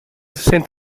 san